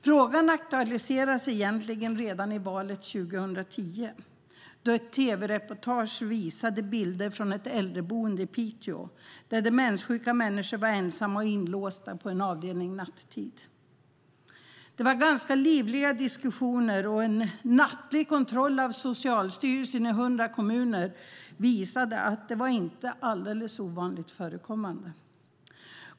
Frågan aktualiserades egentligen redan i valet 2010 då ett tv-reportage visade bilder från ett äldreboende i Piteå där demenssjuka människor var ensamma och inlåsta på en avdelning nattetid. Det var ganska livliga diskussioner, och en nattlig kontroll från Socialstyrelsen i 100 kommuner visade att detta inte var alldeles ovanligt förekommande.